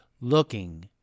looking